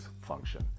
function